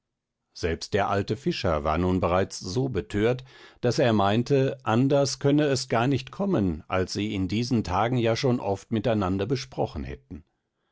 selbst der alte fischer war nun bereits so betört daß er meinte anders könne es gar nicht kommen als sie es in diesen tagen ja schon oft miteinander besprochen hätten